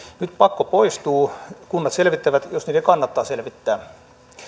nyt pakko poistuu kunnat selvittävät jos niiden kannattaa selvittää